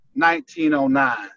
1909